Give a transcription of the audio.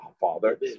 father